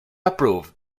approved